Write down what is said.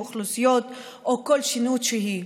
אוכלוסיות או כל שונות שהיא,